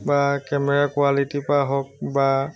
বা কেমেৰা কুৱালিটীৰ পৰা হওক বা